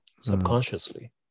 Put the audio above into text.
subconsciously